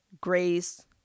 grace